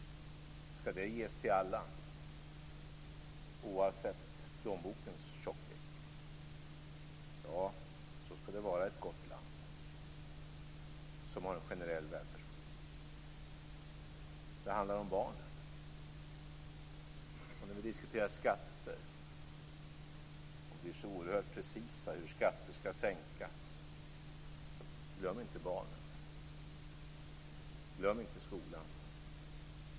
Skall den ges till alla oavsett plånbokens tjocklek? Ja, så skall det vara i ett gott land som har en generell välfärdspolitik. Det handlar om barnen. Vi diskuterar skatter och blir så oerhört precisa om hur skatter skall sänkas. Glöm inte barnen! Glöm inte skolan!